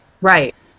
Right